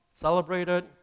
celebrated